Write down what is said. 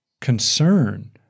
concern